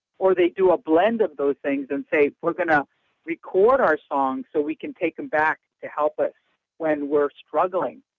or, they do a blend of those things and say we're going to record our songs so we can take them back to help us when we're struggling,